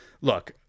look